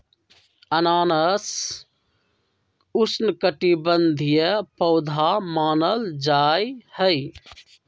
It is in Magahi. अनानास उष्णकटिबंधीय पौधा मानल जाहई